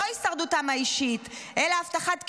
לא הישרדותם האישית, אלא הבטחת קיומו,